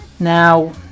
Now